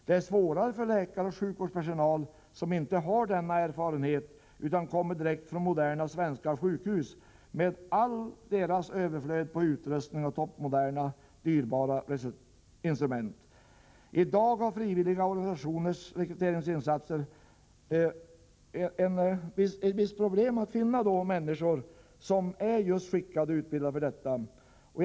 Det är svårare för läkare och sjukvårdspersonal som inte har den erfarenheten, utan kommer direkt från moderna svenska sjukhus med deras överflöd på utrustning och toppmoderna dyrbara instrument. I dag har de frivilliga organisationerna vid sina rekryteringsinsatser ett visst problem att finna de människor som är skickade och utbildade för just detta.